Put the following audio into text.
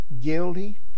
guilty